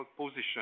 position